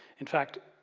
in fact,